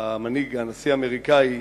הנשיא האמריקני,